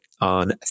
on